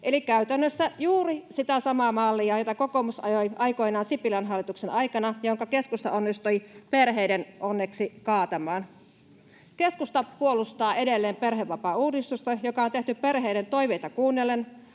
eli käytännössä juuri sitä samaa mallia, jota kokoomus ajoi aikoinaan Sipilän hallituksen aikana, jonka keskusta onnistui perheiden onneksi kaatamaan. Keskusta puolustaa edelleen perhevapaauudistusta, joka on tehty perheiden toiveita kuunnellen,